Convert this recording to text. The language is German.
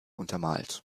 untermalt